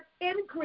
increase